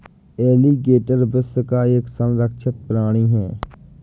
alligator विश्व का एक संरक्षित प्राणी है